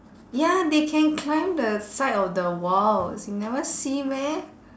ya they can climb the side of the walls you never see meh